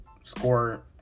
score